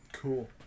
Cool